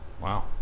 wow